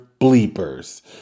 bleepers